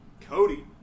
Cody